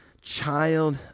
child